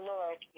Lord